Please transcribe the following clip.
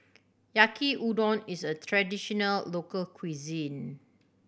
Yaki Udon is a traditional local cuisine